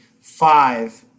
five